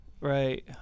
Right